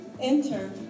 Enter